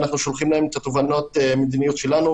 ואנחנו שולחים להם את התובנות המדיניות שלנו,